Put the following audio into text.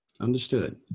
Understood